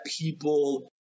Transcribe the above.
people